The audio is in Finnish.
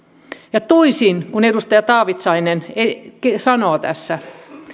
toisin kuin edustaja taavitsainen sanoo tässä